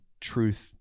truth